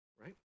right